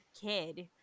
kid